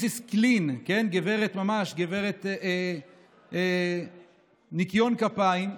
Mrs. Clean, כן, ממש, גברת ניקיון כפיים,